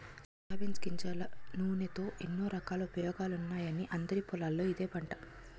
soybean గింజల నూనెతో ఎన్నో రకాల ఉపయోగాలున్నాయని అందరి పొలాల్లోనూ ఇదే పంట